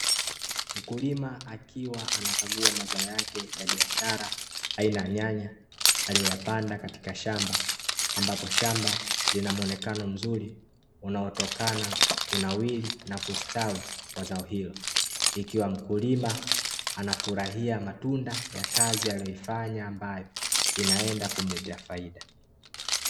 Mkulima akiwa anakagua mazao yake ya biashara aina ya nyanya, aliyoyapanda katika shamba, ambapo shamba linamuonekano mzuri unaotokana kunawiri na kustawi kwa zao hilo, ikiwa mkulima anafurahia matunda ya kazi aliyoifanya ambayo inaenda kumletea faida.